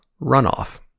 runoff